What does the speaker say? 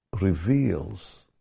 reveals